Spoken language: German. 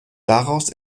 daraus